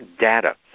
data